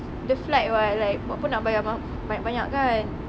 the flight [what] like buat apa nak bayar banyak banyak kan